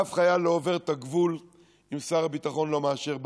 אף חייל לא עובר את הגבול אם שר הביטחון לא מאשר,